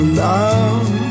love